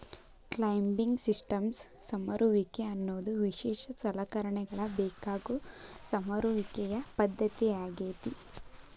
climbing systems ಸಮರುವಿಕೆ ಅನ್ನೋದು ವಿಶೇಷ ಸಲಕರಣೆಗಳ ಬೇಕಾಗೋ ಸಮರುವಿಕೆಯ ಪದ್ದತಿಯಾಗೇತಿ